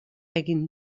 egin